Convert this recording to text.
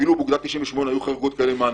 אפילו באוגדה 98 היו חריגות כאלה מהנורמה.